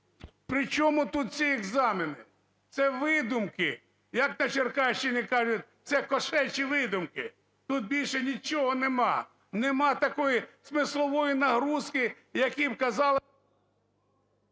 При чому тут ці екзамени? Це видумки. Як на Черкащині кажуть: "Це кошечі видумки". Тут більше нічого нема. Нема такої смислової загрузки, як їм казали…